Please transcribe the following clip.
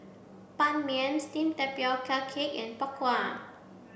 Ban Mian Steamed Tapioca Cake and Bak Kwa